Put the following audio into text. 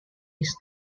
his